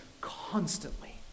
constantly